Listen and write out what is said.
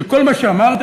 שכל מה שאמרתי,